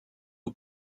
aux